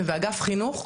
ואגף חינוך,